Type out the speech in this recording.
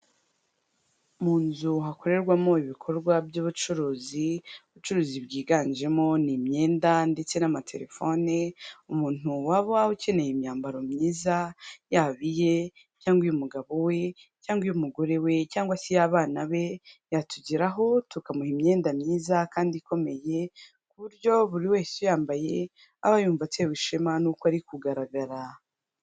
Mu nzu hakorerwamo ibikorwa by'ubucuruzi, ubucuruzi bwiganjemo ni imyenda ndetse n'amatelefone, umuntu waba ukeneye imyambaro myiza, yaba iye cyangwa iy'umugabo we cyangwa iy'umugore we cyangwa se iy'abana be, yatugeraho tukamuha imyenda myiza kandi ikomeye ku buryo buri wese uyambaye aba yumva atewe ishema nuko ari kugaragara.